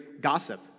gossip